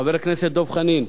חבר הכנסת דב חנין,